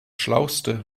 schlauste